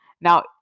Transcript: Now